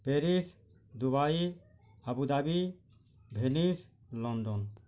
Paris Dubai Abu Dhabi Venice London